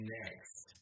next